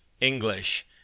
English